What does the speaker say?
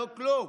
לא כלום.